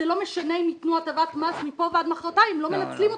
זה לא משנה אם ייתנו הטבת מס כי לא מנצלים אותה.